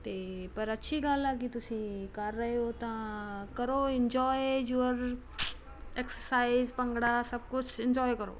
ਅਤੇ ਪਰ ਅੱਛੀ ਗੱਲ ਆ ਕਿ ਤੁਸੀਂ ਕਰ ਰਹੇ ਹੋ ਤਾਂ ਕਰੋ ਇੰਜੋਏ ਯੂਅਰ ਐਕਸਸਾਈਜ਼ ਭੰਗੜਾ ਸਭ ਕੁਛ ਇੰਜੋਏ ਕਰੋ